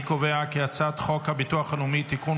אני קובע כי הצעת חוק הביטוח הלאומי (תיקון,